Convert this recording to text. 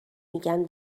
میگن